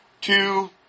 Two